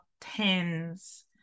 tens